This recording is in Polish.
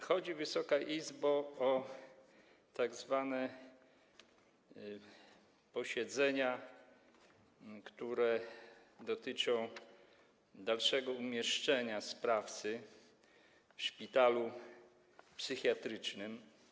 Chodzi, Wysoka Izbo, o tzw. posiedzenia, które dotyczą dalszego przebywania sprawcy w szpitalu psychiatrycznym.